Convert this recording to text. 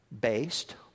based